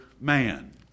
man